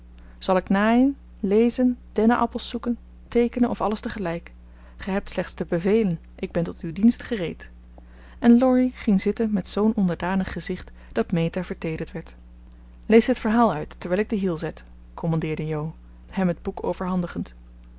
zal ik naaien lezen denneappels zoeken teekenen of alles te gelijk gij hebt slechts te bevelen ik ben tot uw dienst gereed en laurie ging zitten met zoo'n onderdanig gezicht dat meta verteederd werd lees dit verhaal uit terwijl ik de hiel zet commandeerde jo hem het boek overhandigend